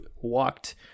walked